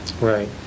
Right